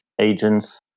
agents